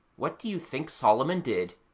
what do you think solomon did?